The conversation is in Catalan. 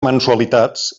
mensualitats